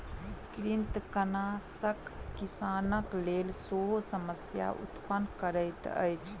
कृंतकनाशक किसानक लेल सेहो समस्या उत्पन्न करैत अछि